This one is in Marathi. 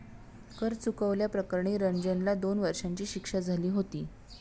कर चुकवल्या प्रकरणी रंजनला दोन वर्षांची शिक्षा झाली होती